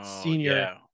senior